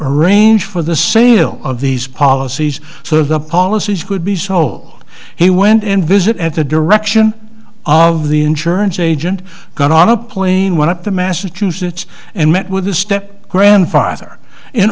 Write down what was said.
arrange for the sale of these policies so the policies could be sol he went and visit at the direction of the insurance agent got on a plane went up to massachusetts and met with the step grandfather in